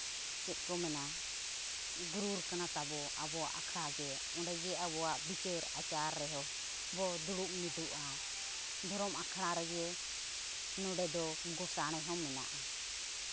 ᱪᱮᱫ ᱠᱚ ᱢᱮᱱᱟ ᱜᱩᱨᱩᱨ ᱠᱟᱱᱟ ᱛᱟᱵᱚ ᱟᱵᱚᱣᱟᱜ ᱟᱠᱷᱲᱟ ᱜᱮ ᱚᱸᱰᱮᱜᱮ ᱟᱵᱚᱣᱟᱜ ᱵᱤᱪᱟᱹᱨ ᱟᱪᱟᱨ ᱨᱮᱦᱚᱸ ᱵᱚ ᱫᱩᱲᱩᱵ ᱢᱤᱫᱚᱜᱼᱟ ᱫᱷᱚᱨᱚᱢ ᱟᱠᱷᱲᱟ ᱨᱮᱜᱮ ᱱᱚᱰᱮ ᱫᱚ ᱜᱳᱥᱟᱲᱮ ᱦᱚᱸ ᱢᱮᱱᱟᱜᱼᱟ